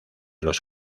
los